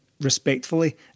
respectfully